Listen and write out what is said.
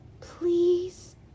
please